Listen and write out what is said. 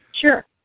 Sure